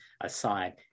aside